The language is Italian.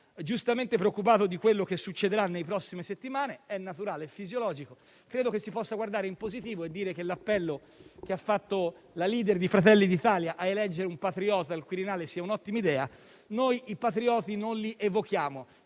giustamente preoccupato per quello che succederà nelle prossime settimane, è naturale e fisiologico. Credo che si possa guardare in positivo e dire che l'appello che ha fatto la *leader* di Fratelli d'Italia a eleggere un patriota al Quirinale sia un'ottima idea. Noi i patrioti non li evochiamo,